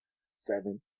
Seven